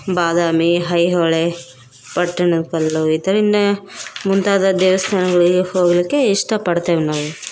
ಬಾದಾಮಿ ಐಹೊಳೆ ಪಟ್ಟಣದ ಕಲ್ಲು ಈ ಥರ ಇನ್ನು ಮುಂತಾದ ದೇವಸ್ಥಾನಗಳಿಗೆ ಹೋಗಲಿಕ್ಕೆ ಇಷ್ಟಪಡ್ತೇವೆ ನಾವು